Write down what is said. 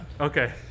Okay